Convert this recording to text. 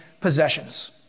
possessions